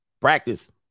Practice